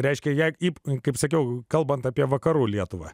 reiškia jei taip kaip sakiau kalbant apie vakarų lietuvą